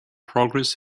progress